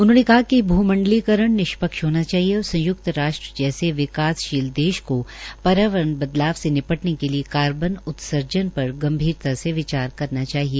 उन्होंने कहा कि भ्रमंडलीकरण निष्पक्ष होना चाहिए और संयुक्त राष्ट्र जैसे विकासशील देश को पर्यावरण बदलाव से निपटने के लिए कार्बन उत्सर्जन पर गंभीरता से विचार करना चाहिए